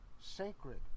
sacred